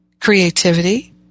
creativity